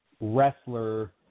wrestler